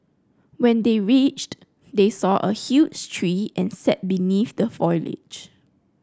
when they reached they saw a huge tree and sat beneath the foliage